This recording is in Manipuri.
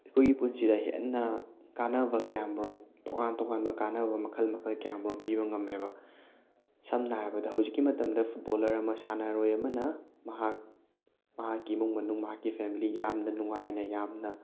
ꯑꯩꯈꯣꯏꯒꯤ ꯄꯨꯟꯁꯤꯗ ꯍꯦꯟꯅ ꯀꯅꯥꯕ ꯀꯌꯥꯃꯔꯨꯝ ꯇꯣꯉꯥꯟ ꯇꯣꯉꯥꯟꯕ ꯀꯥꯟꯅꯕ ꯃꯈꯜ ꯃꯈꯜ ꯀꯌꯥꯃꯔꯨꯝ ꯄꯤꯕ ꯉꯝꯃꯦꯕ ꯁꯝꯅ ꯍꯥꯏꯔꯕꯗ ꯍꯧꯖꯤꯛꯀꯤ ꯃꯇꯝꯗ ꯐꯨꯠꯕꯣꯂꯔ ꯑꯃꯅ ꯁꯥꯟꯅꯔꯣꯏ ꯑꯃꯅ ꯃꯍꯥꯛ ꯃꯍꯥꯛꯀꯤ ꯏꯃꯨꯡ ꯃꯅꯨꯡ ꯃꯍꯥꯛꯀꯤ ꯐꯦꯃꯂꯤ ꯌꯥꯝꯅ ꯅꯨꯡꯉꯥꯏꯅ ꯌꯥꯝꯅ